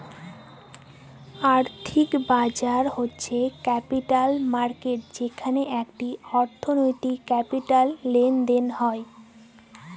আর্থিক বাজার হচ্ছে ক্যাপিটাল মার্কেট যেখানে একটি অর্থনীতির ক্যাপিটাল লেনদেন হয়